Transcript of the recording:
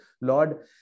lord